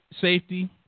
safety